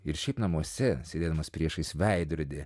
ir šiaip namuose sėdėdamas priešais veidrodį